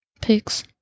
Pigs